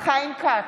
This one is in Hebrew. חיים כץ,